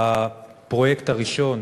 בפרויקט הראשון,